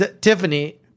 Tiffany